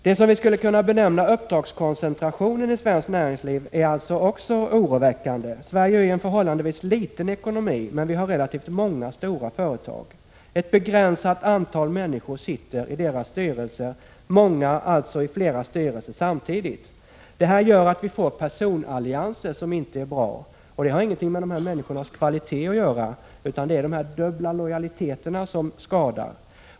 Det som man skulle kunna kalla uppdragskoncentration i svenskt näringsliv är också oroväckande. Sverige är ju en förhållandevis liten ekonomi, men landet har relativt många stora företag. Ett begränsat antal människor sitter i dessa företagsstyrelser. Många sitter alltså i flera styrelser samtidigt. Detta gör att vi får personallianser som inte är bra. Det har emellertid inget med dessa människors kvalitet att göra, utan det är de dubbla lojaliteterna som skadar.